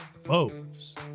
Foes